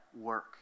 work